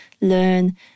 learn